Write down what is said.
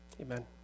amen